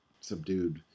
subdued